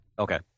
Okay